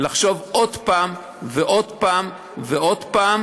לחשוב עוד פעם ועוד פעם ועוד פעם